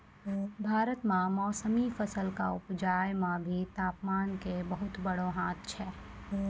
भारत मॅ मौसमी फसल कॅ उपजाय मॅ भी तामपान के बहुत बड़ो हाथ छै